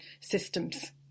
systems